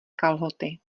kalhoty